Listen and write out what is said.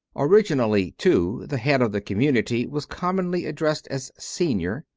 originally, too, the head of the community was commonly addressed as senior,